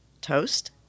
Toast